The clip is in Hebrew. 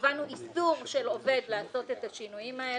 קבענו איסור של עובד לעשות את השינויים האלה.